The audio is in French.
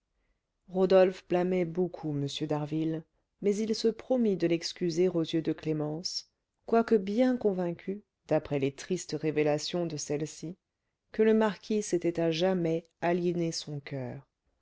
rodolphe blâmait beaucoup m d'harville mais il se promit de l'excuser aux yeux de clémence quoique bien convaincu d'après les tristes révélations de celle-ci que le marquis s'était à jamais aliéné son coeur